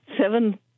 seven